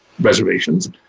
reservations